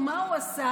ומה הוא עשה?